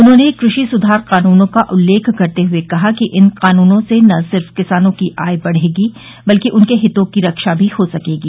उन्होंने कृषि सुधार कानूनों का उल्लेख करते हुए कहा कि इन क़ानूनों से न सिर्फ किसानों की आय बढ़ेगी बल्कि उनके हितों की रक्षा भी हो सकेगी